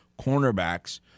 cornerbacks